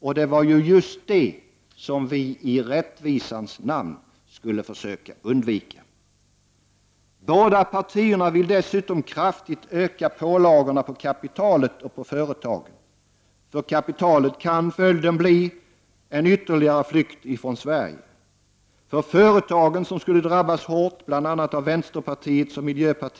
Och det var ju just det som vi i rättvisans namn skulle söka undvika. Båda partierna vill dessutom kraftigt öka pålagorna på kapitalet och på företagen. För kapitalet kan följden blir en ytterligare flykt från Sverige. För företagen, som skulle drabbas hårt bl.a. av vänsterpartiets och miljö — Prot.